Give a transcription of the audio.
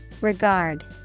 Regard